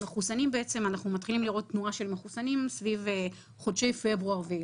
אנחנו מתחילים לראות של מחוסנים סביב חודש פברואר ואילך.